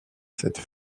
cette